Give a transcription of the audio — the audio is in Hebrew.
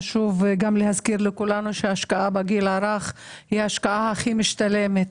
חשוב גם להזכיר לכולנו שהשקעה בגיל הרך היא השקעה הכי משתלמת.